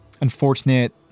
unfortunate